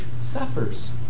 suffers